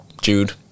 Jude